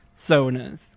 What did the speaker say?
sonas